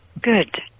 Good